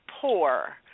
Poor